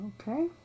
okay